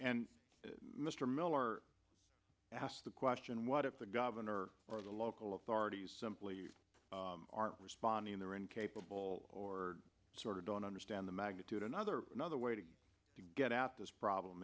and mr miller asked the question what if the governor or the local authorities simply aren't responding they're incapable or sort of don't understand the magnitude another another way to get at this problem